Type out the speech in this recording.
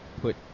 put